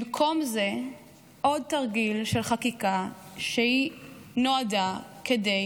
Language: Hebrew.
במקום זה עוד תרגיל של חקיקה שנועדה כדי